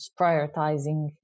prioritizing